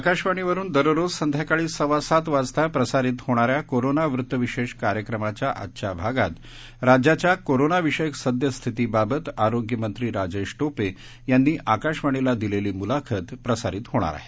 आकाशवाणीवरुन दररोज संध्याकाळी सव्वासात वाजता प्रसारित होणाऱ्या कोरोना वृत्तविशेष कार्यक्रमाच्या आजच्या भागात राज्याच्या कोरोना विषय सद्यस्थितीबाबत आरोग्य मंत्री राजेश टोपे यांनी आकाशवाणीला दिलेली मुलाखत प्रसारित होणार आहे